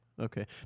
okay